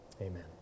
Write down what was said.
Amen